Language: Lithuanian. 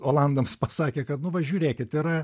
olandams pasakė kad nu va žiūrėkit yra